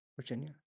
Virginia